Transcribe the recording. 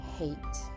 hate